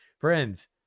friends